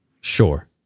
Sure